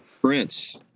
Prince